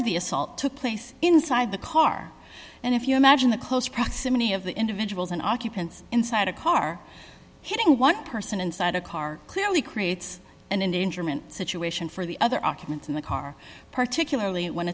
of the assault took place inside the car and if you imagine the close proximity of the individuals and occupants inside a car hitting one person inside a car clearly creates an endangered situation for the other occupants in the car particularly when